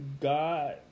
God